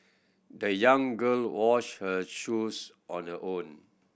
the young girl washed her shoes on her own